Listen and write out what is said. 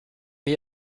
mir